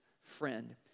friend